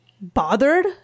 bothered